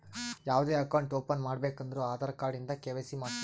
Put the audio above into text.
ಯಾವ್ದೇ account open ಮಾಡ್ಬೇಕ ಅಂದುರ್ ಆಧಾರ್ ಕಾರ್ಡ್ ಇಂದ ಕೆ.ವೈ.ಸಿ ಮಾಡ್ಸಬೇಕ್